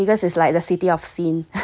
yeah